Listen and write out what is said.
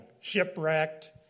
Shipwrecked